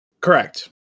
Correct